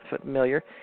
familiar